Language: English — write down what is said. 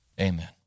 Amen